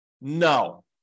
No